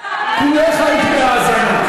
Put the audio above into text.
כולך היית בהאזנה.